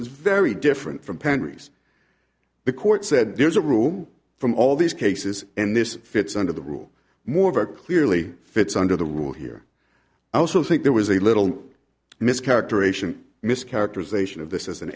was very different from pantries the court said there's a room from all these cases and this fits under the rule more clearly fits under the rule here i also think there was a little mischaracterization mischaracterization of this